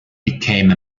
became